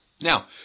Now